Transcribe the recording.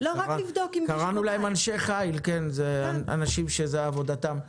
קראנו להם אנשי חיל, אלה אנשים שזו עבודתם.